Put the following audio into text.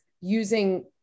using